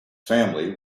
family